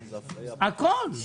מה,